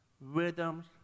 rhythms